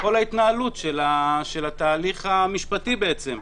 בכל ההתנהלות של התהליך המשפטי, בעצם.